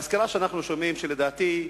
בסקירה שאנחנו שומעים, לדעתי,